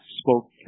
spoke